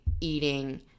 eating